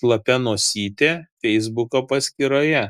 šlapia nosytė feisbuko paskyroje